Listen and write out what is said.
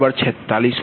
76અને 2min39